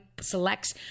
selects